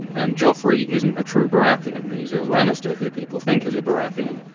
and joffrey isn't a true baratheon he's a lannister who people think is a baratheon.